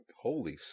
holy